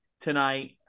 tonight